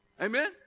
Amen